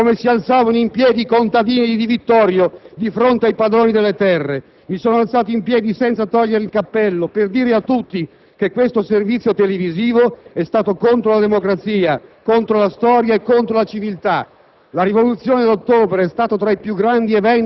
ironici dai Gruppi LNP, FI, UDC e AN)*, come si alzavano in piedi i contadini di Di Vittorio di fronte ai padroni delle terre. Mi sono alzato in piedi, senza togliere il cappello, per dire a tutti che questo servizio televisivo è stato contro la democrazia, contro la storia e contro la civiltà.